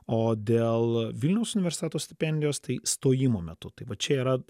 o dėl vilniaus universiteto stipendijos tai stojimo metu tai va čia yra